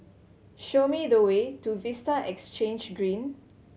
show me the way to Vista Exhange Green